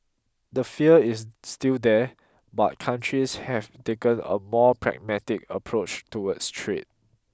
the fear is still there but countries have taken a more pragmatic approach towards trade